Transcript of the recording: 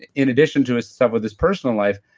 in addition to stuff with his personal life,